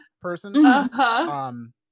person